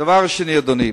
דבר שני, אדוני,